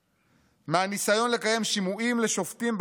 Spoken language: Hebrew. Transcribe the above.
מהניסיון לקיים שימועים לשופטים בכנסת